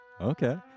Okay